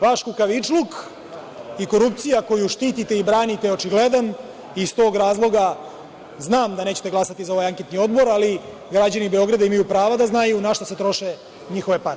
Vaš kukavičluk i korupcija koju štitite i branite je očigledna i iz tog razloga znam da nećete glasati za ovaj anketni odbor, ali građani Beograda imaju pravo da znaju na šta se troše njihove pare.